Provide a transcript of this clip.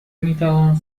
میتوان